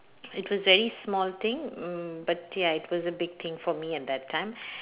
it was very small thing mm but ya it was a big thing for me at that time